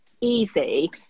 easy